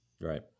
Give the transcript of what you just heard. Right